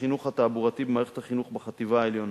החינוך התעבורתי במערכת החינוך בחטיבה העליונה.